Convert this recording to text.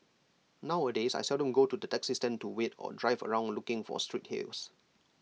nowadays I seldom go to the taxi stand to wait or drive around looking for street hails